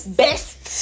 best